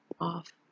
off